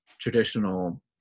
traditional